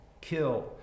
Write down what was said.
kill